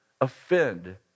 offend